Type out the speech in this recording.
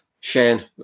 Shane